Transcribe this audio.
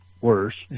worse